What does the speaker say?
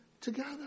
together